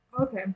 Okay